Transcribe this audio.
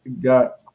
got